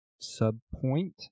sub-point